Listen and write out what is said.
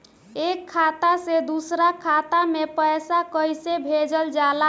एक खाता से दूसरा खाता में पैसा कइसे भेजल जाला?